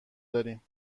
داریم